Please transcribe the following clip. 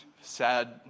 sad